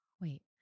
Wait